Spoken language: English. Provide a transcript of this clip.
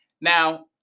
Now